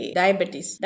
diabetes